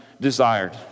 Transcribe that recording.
desired